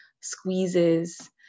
squeezes